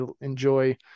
enjoy